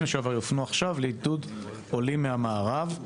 לשעבר יופנו עכשיו לעידוד עולים מהמערב.